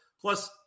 plus